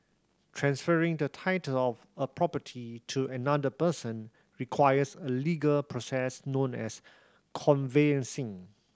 transferring the title of a property to another person requires a legal process known as conveyancing